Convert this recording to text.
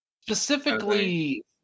Specifically